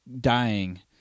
dying